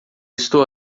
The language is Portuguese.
estou